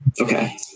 Okay